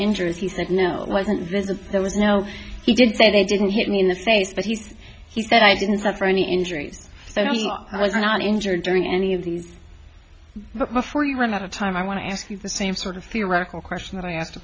injuries he said no i wasn't visible there was no he didn't say they didn't hit me in the face but he said he said i didn't suffer any injuries so i was not injured during any of these but before you run out of time i want to ask you the same sort of theoretical question that i a